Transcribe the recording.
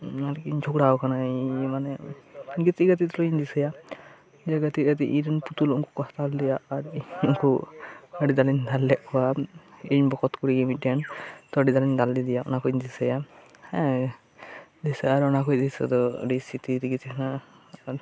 ᱚᱱᱟ ᱨᱮᱜᱮᱧ ᱡᱷᱚᱜᱽᱲᱟ ᱟᱠᱟᱱᱟ ᱤᱧᱢᱟᱱᱮ ᱜᱤᱛᱤᱡ ᱜᱤᱛᱤᱡ ᱛᱩᱞᱩᱡ ᱤᱧ ᱫᱤᱥᱟᱹᱭᱟ ᱜᱟᱛᱮᱜ ᱜᱟᱛᱮᱜ ᱤᱧᱨᱮ ᱯᱩᱛᱩᱞ ᱩᱱᱠᱩ ᱠᱚ ᱦᱟᱛᱟᱣ ᱞᱮᱫᱮᱭᱟ ᱟᱨᱩᱱᱠᱩ ᱟᱹᱰᱤ ᱫᱟᱞᱮᱧ ᱫᱟᱞ ᱞᱮᱫ ᱠᱚᱣᱟ ᱤᱧ ᱵᱚᱠᱚᱛ ᱠᱩᱲᱤᱜᱮ ᱢᱤᱫᱴᱮᱱ ᱛᱚ ᱟᱰᱤ ᱫᱟᱞᱮᱧ ᱫᱟᱞ ᱞᱮᱫᱮᱭᱟ ᱚᱱᱟ ᱠᱚᱧ ᱫᱤᱥᱟᱹᱭᱟ ᱦᱮᱸ ᱫᱤᱥᱟᱹ ᱟᱨ ᱚᱱᱟ ᱠᱷᱚᱱ ᱫᱤᱥᱟᱹ ᱫᱚ ᱟᱹᱰᱤ ᱥᱤᱨᱛᱤ ᱨᱮᱜᱮ ᱛᱟᱦᱮᱸᱱᱟ